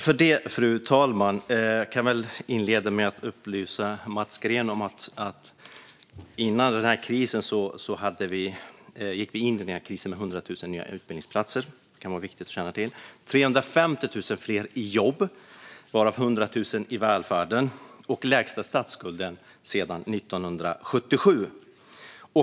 Fru talman! Jag kan inleda med att upplysa Mats Green om att vi gick in i den här krisen med 100 000 nya utbildningsplatser - det kan vara viktigt att känna till - 350 000 fler i jobb varav 100 000 i välfärden och den lägsta statsskulden sedan 1977.